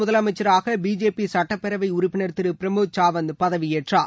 முதலமைச்சராக பிஜேபி சுட்டப்பேரவை உறுப்பினர் திரு பிரமோத் சாவந்த் பதவி ஏற்றார்